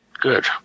good